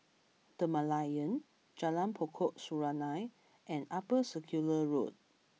The Merlion Jalan Pokok Serunai and Upper Circular Road